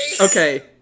okay